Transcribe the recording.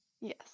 Yes